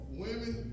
women